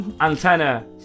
Antenna